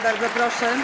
Bardzo proszę.